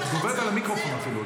את גוברת על המיקרופון אפילו,